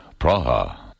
Praha